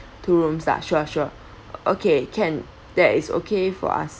two rooms ah sure sure okay can that is okay for us